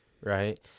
right